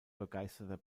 begeisterter